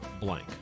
blank